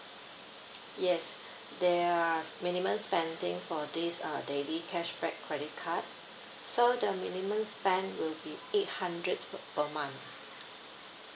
yes there are minimum spending for this uh daily cashback credit card so the minimum spend will be eight hundred per month